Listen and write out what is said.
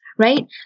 Right